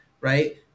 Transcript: right